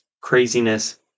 craziness